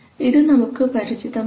ഇത് നമുക്ക് പരിചിതമാണ്